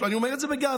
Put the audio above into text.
אני אומר את זה בגאווה: